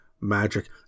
magic